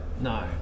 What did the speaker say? no